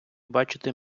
бачити